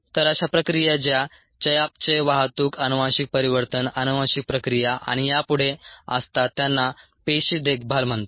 तर अशा प्रक्रिया ज्या चयापचय वाहतूक अनुवांशिक परिवर्तन अनुवांशिक प्रक्रिया आणि यापुढे असतात त्यांना पेशी देखभाल म्हणतात